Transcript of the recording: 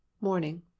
Morning